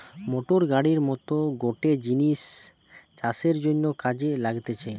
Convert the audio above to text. motor গাড়ির মত গটে জিনিস চাষের জন্যে কাজে লাগতিছে